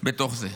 בתוך זה: